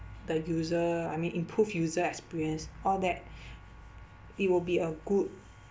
the user I mean improve user experience all that it will be a good